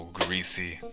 greasy